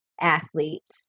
athletes